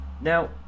Now